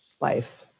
life